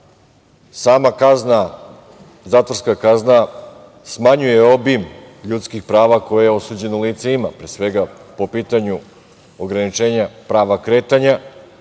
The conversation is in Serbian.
da sama zatvorska kazna smanjuje obim ljudskih prava koje osuđeno lice ima, pre svega po pitanju ograničenja prava kretanja,